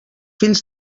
fills